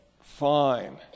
fine